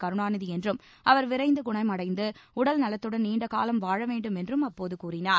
கருணாநிதி என்றும் அவர் விரைந்து குணமடைந்து உடல்நலத்துடன் நீண்டகாலம் வாழ வேண்டும் என்றும் அப்போது கூறினார்